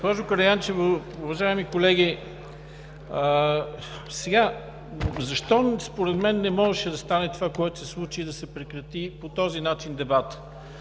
Госпожо Караянчева, уважаеми колеги! Защо според мен не можеше да стане това, което се случи, и да се прекрати по този начин дебатът?